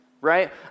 right